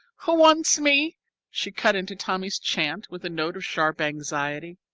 who wants me she cut into tommy's chant with a note of sharp anxiety.